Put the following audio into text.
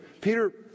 peter